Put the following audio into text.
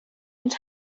not